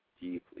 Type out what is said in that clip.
deeply